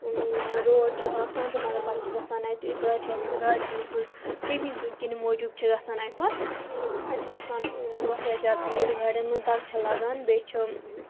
road چھِ آسان تہٕ مگر پَتہٕ چھِ گژھان اَتہِ گاڑِ چھِ آسان گاڑٮ۪ن ہٕنٛز کٔمی کِنۍ موٗجوٗب چھِ گژھان اَمہِ پَتہٕ اَتہِ چھِ گژھان واریاہ زیادٕ بیٖڈ گاڑٮ۪ن منٛز دَکہٕ چھِ لَگان بیٚیہِ چھِ